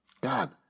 God